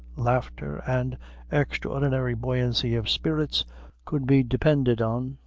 laughter, and extraordinary buoyancy of spirits could be depended on,